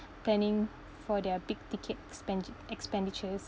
planning for their big ticket expen~ expenditures